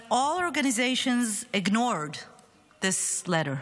but all organizations ignored this letter.